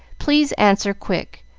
please answer quick.